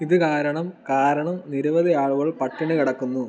ഇത് കാരണം കാരണം നിരവധി ആളുകൾ പട്ടിണി കിടക്കുന്നു